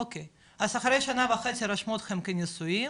אוקיי, אז אחרי שנה וחצי רשמו אתכם כנשואים,